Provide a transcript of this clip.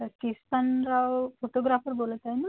तर केसांनराव फॉटोग्राफर बोलत आहे ना